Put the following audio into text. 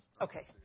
Okay